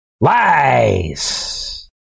Lies